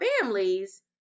families